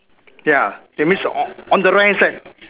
ya that means on the right hand side